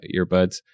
earbuds